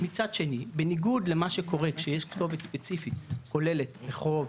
מצד שני בניגוד למה שקורה כשיש כתובת ספציפית כוללת רחוב,